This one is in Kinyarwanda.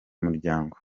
muryango